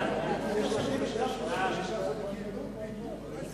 חוק איסור לשון הרע (תיקון מס' 9), התש"ע 2009,